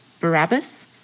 Barabbas